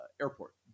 airport